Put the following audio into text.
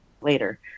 later